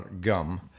gum